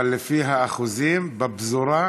אבל לפי האחוזים בפזורה,